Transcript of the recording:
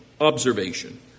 Observation